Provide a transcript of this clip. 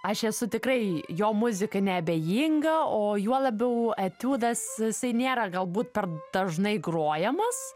aš esu tikrai jo muzikai neabejinga o juo labiau etiudas jisai nėra galbūt per dažnai grojamas